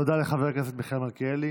תודה לחבר הכנסת מיכאל מלכיאלי.